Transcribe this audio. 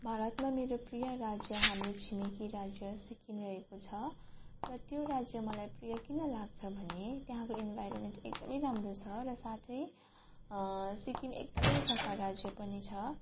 भारतमा मेरो प्रिय राज्य हाम्रो छिमेकी राज्य सिक्किम रहेको छ र त्यो राज्य मलाई प्रिय किन लाग्छ भने त्यहाँको इन्भाइरोमेन्ट एकदम राम्रो छ र साथै सिक्किम एकदम सफा राज्य पनि छ